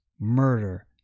murder